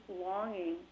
longing